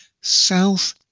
South